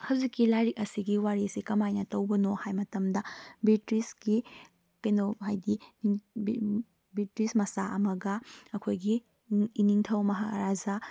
ꯍꯧꯖꯤꯛꯀꯤ ꯂꯥꯏꯔꯤꯛ ꯑꯁꯤꯒꯤ ꯋꯥꯔꯤꯁꯤ ꯀꯃꯥꯏꯅ ꯇꯧꯕꯅꯣ ꯍꯥꯏꯕ ꯃꯇꯝꯗ ꯕ꯭ꯔꯤꯇꯤꯁꯀꯤ ꯀꯩꯅꯣ ꯍꯥꯏꯕꯗꯤ ꯕ꯭ꯔꯤꯇꯤꯁ ꯃꯆꯥ ꯑꯃꯒ ꯑꯩꯈꯣꯏꯒꯤ ꯏꯅꯤꯡꯊꯧ ꯃꯍꯥꯔꯥꯖꯥ